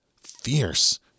fierce